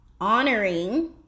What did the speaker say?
honoring